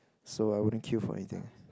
so I wouldn't queue for anything